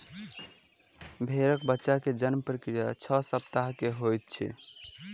भेड़क बच्चा के जन्म प्रक्रिया छह सप्ताह के होइत अछि